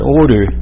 order